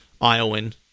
Iowan